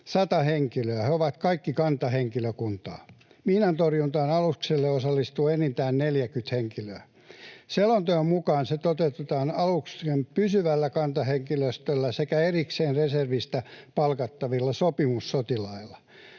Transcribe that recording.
100 henkilöä. He ovat kaikki kantahenkilökuntaa. Miinantorjuntaan aluksella osallistuu enintään 40 henkilöä. Selonteon mukaan se toteutetaan aluksen pysyvällä kantahenkilöstöllä sekä erikseen reservistä palkattavilla sopimussotilailla.